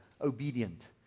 obedient